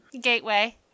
Gateway